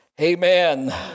Amen